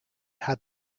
had